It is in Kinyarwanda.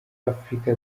afurika